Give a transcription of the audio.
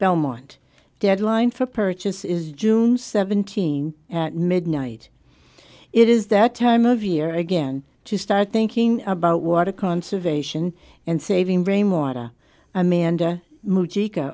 belmont deadline for purchase is june seventeenth at midnight it is that time of year again to start thinking about water conservation and saving rainwater amanda mo